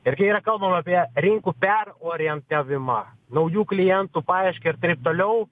ir kai yra kalbama apie rinkų perorientavimą naujų klientų paiešką ir taip toliau